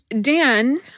Dan